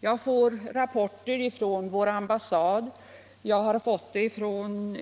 Jag har fått rapporter om det från vår ambassad och från